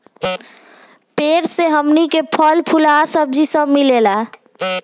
पेड़ से हमनी के फल, फूल आ सब्जी सब मिलेला